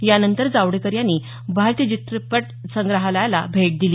यानंतर जावडेकर यांनी भारतीय चित्रपट संग्राहलयाला भेट दिली